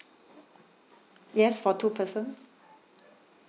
yes for two person